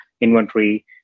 inventory